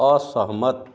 असहमत